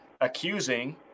accusing